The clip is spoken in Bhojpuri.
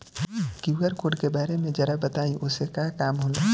क्यू.आर कोड के बारे में जरा बताई वो से का काम होला?